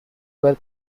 were